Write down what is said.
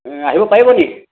আহিব পাৰিব নেকি